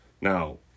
Now